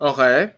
Okay